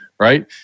Right